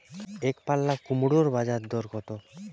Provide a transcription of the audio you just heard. একপাল্লা কুমড়োর বাজার দর কত?